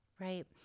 right